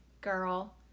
girl